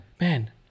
Man